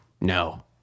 No